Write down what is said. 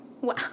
Wow